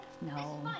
No